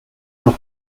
dos